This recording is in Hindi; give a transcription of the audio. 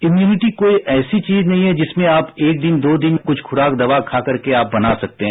इम्युनिटी कोई ऐसी चीज नहीं है जिसमें आप एक दिन दो दिन कुछ खुराक दवा खा करके आप बना सकते हैं